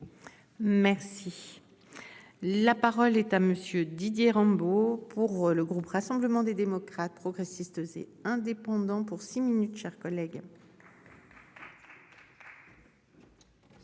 Merci. La parole est à monsieur Didier Rambaud. Pour le groupe Rassemblement des démocrates, progressistes et indépendants pour six minutes, chers collègues.